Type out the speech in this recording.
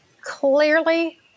Clearly